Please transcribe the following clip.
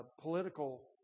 political